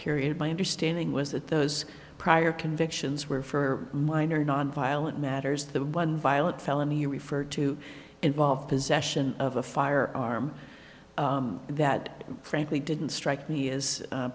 period my understanding was that those prior convictions were for minor nonviolent matters that one violent felony referred to involve possession of a firearm that frankly didn't strike me as